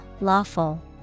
lawful